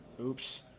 Oops